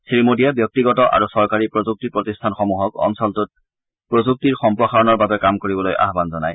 শ্ৰীমোদীয়ে ব্যক্তিগত আৰু চৰকাৰী প্ৰযুক্তি প্ৰতিষ্ঠানসমূহক অঞ্চলটোত প্ৰযুক্তিৰ সম্প্ৰসাৰণৰ বাবে কাম কৰিবলৈ আহান জনায়